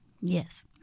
Yes